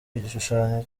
igishushanyo